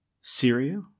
Syria